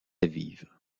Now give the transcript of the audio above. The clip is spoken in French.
vivre